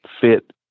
fit